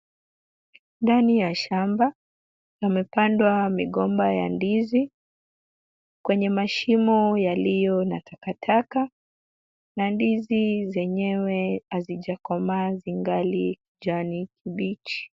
Ndani ya shamba yamepandwa migomba ya ndizi kwenye mashimo yaliyo na takataka na ndizi zenyewe hazijakomaa zingali kijani kibichi.